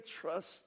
trust